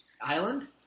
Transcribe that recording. Island